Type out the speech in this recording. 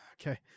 okay